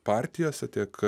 partijose tiek